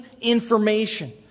information